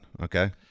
Okay